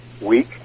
week